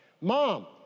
Mom